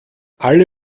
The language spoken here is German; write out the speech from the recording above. alle